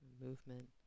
movement